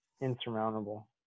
insurmountable